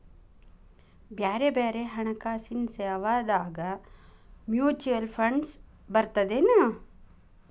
ಬ್ಯಾರೆ ಬ್ಯಾರೆ ಹಣ್ಕಾಸಿನ್ ಸೇವಾದಾಗ ಮ್ಯುಚುವಲ್ ಫಂಡ್ಸ್ ಬರ್ತದೇನು?